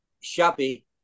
Shabby